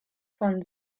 von